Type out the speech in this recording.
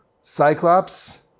Cyclops